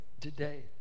today